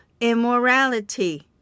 immorality